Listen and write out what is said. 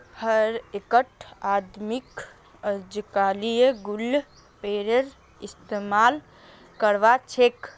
हर एकटा आदमीक अजकालित गूगल पेएर इस्तमाल कर छेक